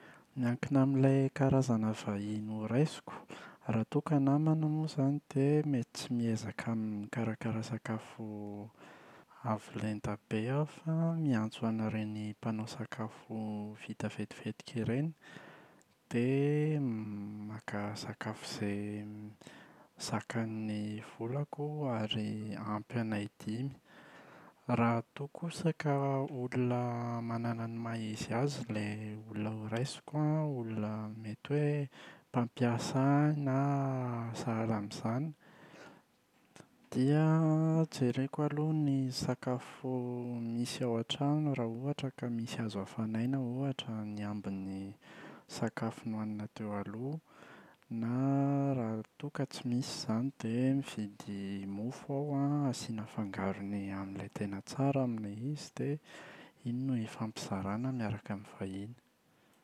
Miankina amin’ilay karazana vahiny horaisiko, raha toa ka namana moa izany dia mety tsy miezaka mikarakara sakafo avo lenta be aho fa miantso an’ireny mpanao sakafo vita vetivetika ireny dia maka sakafo izay zakan’ny volako ary ampy anay dimy. Raha toa kosa ka olona manana ny maha izy azy ilay olona horaisiko an, olona mety hoe mpampiasa ahy na sahala amin’izany dia jereko aloha ny sakafo misy ao an-trano raha ohatra ka misy azo hafanaina ohatra ny ambin’ny sakafo nohanina teo aloha. Na raha toa ka tsy misy izany dia mividy mofo aho asiana fangarony amin’ilay tena tsara amin’ilay izy dia iny no hifampizarana miaraka amin’ny vahiny.